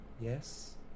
yes